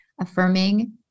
affirming